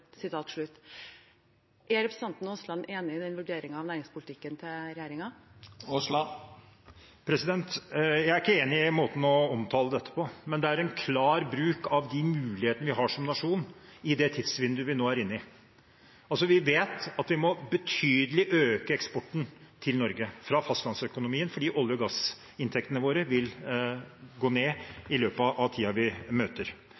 Er representanten Aasland enig i den vurderingen av næringspolitikken til regjeringen? Jeg er ikke enig i måten å omtale dette på. Men det er en klar bruk av de mulighetene vi har som nasjon i det tidsvinduet vi nå er inne i. Vi vet at vi må øke Norges eksport fra fastlandsøkonomien betydelig, fordi olje- og gassinntektene våre vil gå ned